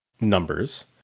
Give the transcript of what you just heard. numbers